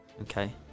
Okay